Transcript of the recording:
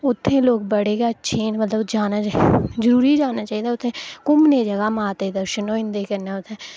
उत्थें लोक बड़े गै अच्छे न मतलब जाना गै जरूरी जाना चाहिदा उत्थै घुम्मने दी जगह माता दे दर्शन होई जंदे कन्नै उत्थै